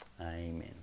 amen